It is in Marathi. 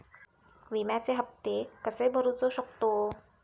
विम्याचे हप्ते कसे भरूचो शकतो?